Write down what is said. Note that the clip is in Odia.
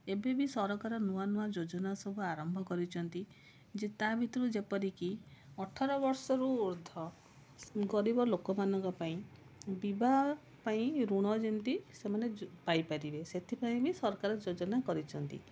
ଏବେବି ସରକାର ନୂଆ ନୂଆ ଯୋଜନା ସବୁ ଆରମ୍ଭ କରିଛନ୍ତି ଯେ ତାଭିତୁରୁ ଯେପରିକି ଅଠର ବର୍ଷ ରୁ ଉର୍ଦ୍ଧ୍ଵ ଗରିବ ଲୋକମାନଙ୍କ ପାଇଁ ବିବାହ ପାଇଁ ଋଣ ଯେମିତି ସେମାନେ ପାଇପାରିବେ ସେଥିପାଇଁ ବି ସରକାର ଯୋଜନା କରିଛନ୍ତି